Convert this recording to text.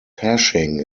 hashing